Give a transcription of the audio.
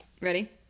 ready